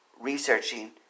researching